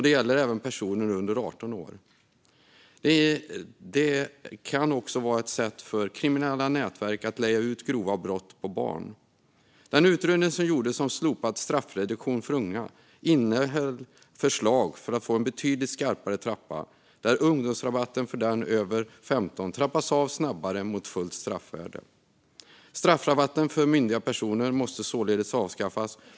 Det gäller även personer under 18 år. Det kan också vara en anledning för kriminella nätverk att leja ut grova brott på barn. Utredningen som gjordes om slopad straffreduktion för unga innehöll förslag på en betydligt skarpare trappa där ungdomsrabatten för den över 15 år trappas av snabbare mot fullt straffvärde. Straffrabatten för myndiga personer måste avskaffas.